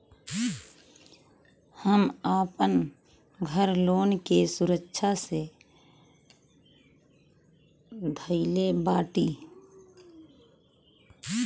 हम आपन घर लोन के सुरक्षा मे धईले बाटी